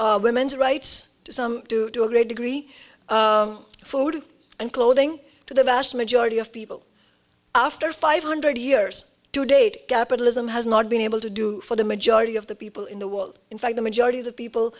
employment women's rights to some due to a great degree food and clothing to the vast majority of people after five hundred years to date capitalism has not been able to do for the majority of the people in the world in fact the majority of the people